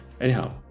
Anyhow